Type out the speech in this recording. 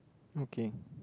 okay